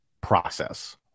process